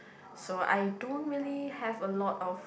so I don't really have a lot of